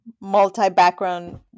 multi-background